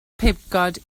pibgod